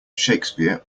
shakespeare